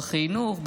בחינוך,